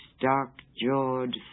dark-jawed